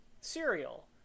cereal